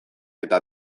eta